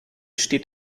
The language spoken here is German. steht